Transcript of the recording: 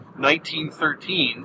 1913